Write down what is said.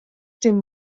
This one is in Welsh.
dim